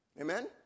Amen